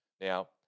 Now